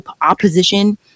opposition